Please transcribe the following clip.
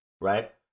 right